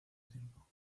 tiempo